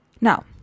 Now